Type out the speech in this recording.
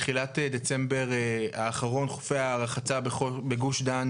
בתחילת דצמבר האחרון חופי הרחצה בגוש דן